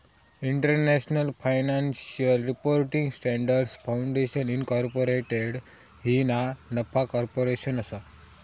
international financial reporting standards foundation incorporated ही ना नफा कॉर्पोरेशन असा